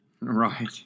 Right